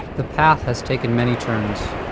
the path has taken many turns.